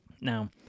Now